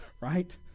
right